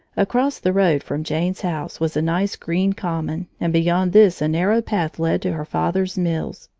across the road from jane's house was a nice green common, and beyond this a narrow path led to her father's mills.